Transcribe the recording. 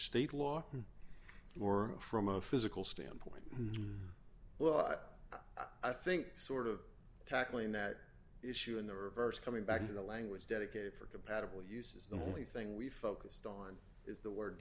state law more from a physical standpoint well i think sort of tackling that issue in the reverse coming back to the language dedicated for compatible uses the only thing we focused on is the word